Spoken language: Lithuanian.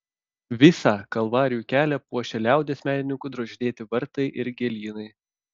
visą kalvarijų kelią puošia liaudies menininkų drožinėti vartai ir gėlynai